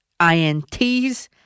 INTs